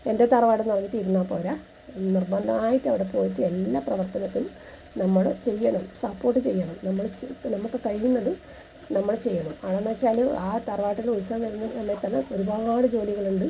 എൻ്റെ തറവാടെന്നു പറഞ്ഞിട്ട് ഇരുന്നാൽ പോരാ നിർബന്ധമായിട്ടും അവിടെ പോയിട്ട് എല്ലാ പ്രവർത്തനത്തിലും നമ്മൾ ചെയ്യണം സപ്പോർട്ട് ചെയ്യണം നമ്മൾ ചെ നമുക്ക് കഴിയുന്നതും നമ്മൾ ചെയ്യണം അവിടെ നിന്നു വെച്ചാൽ ആ തറവാട്ടിൽ ഉത്സവം വരുന്ന സമയത്തെല്ലാം ഒരുപാടു ജോലികളുണ്ട്